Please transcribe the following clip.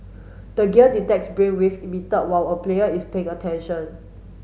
the gear detects brainwave emitted while a player is paying attention